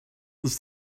this